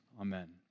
Amen